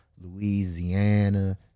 louisiana